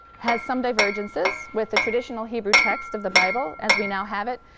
has some divergences with the traditional hebrew text of the bible as we now have it,